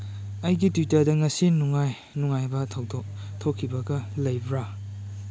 ꯑꯩꯒꯤ ꯇ꯭ꯋꯤꯇꯔꯗ ꯉꯁꯤ ꯅꯨꯡꯉꯥꯏ ꯅꯨꯡꯉꯥꯏꯕ ꯊꯧꯗꯣꯛ ꯊꯣꯛꯈꯤꯕꯒ ꯂꯩꯕ꯭ꯔꯥ